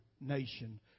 nation